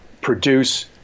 produce